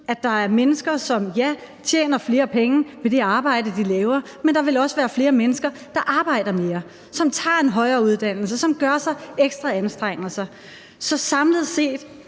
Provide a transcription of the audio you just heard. at der er mennesker, som tjener flere penge på det arbejde, de laver, ja, men der vil også være flere mennesker, der arbejder mere, som tager en højere uddannelse, som gør sig ekstra anstrengelser. Så samlet set